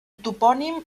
topònim